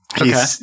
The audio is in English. Okay